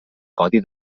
codi